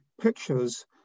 pictures